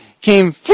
came